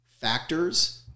factors